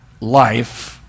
life